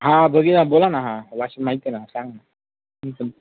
हां बघी ना बोला ना हां वाशिम माहिती आहे ना सांग ना तुमचं